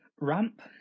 ramp